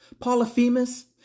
Polyphemus